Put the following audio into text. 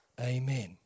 amen